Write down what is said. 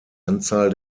anzahl